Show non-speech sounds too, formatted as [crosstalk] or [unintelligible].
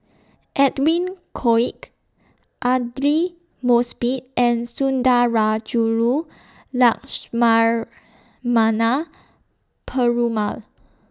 Edwin Koek Aidli Mosbit and Sundarajulu [unintelligible] Perumal